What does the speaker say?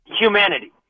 humanity